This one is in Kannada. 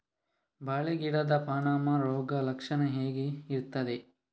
ಬಾಳೆ ಗಿಡದ ಪಾನಮ ರೋಗ ಲಕ್ಷಣ ಹೇಗೆ ಇರ್ತದೆ?